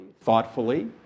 thoughtfully